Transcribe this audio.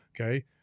okay